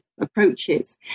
approaches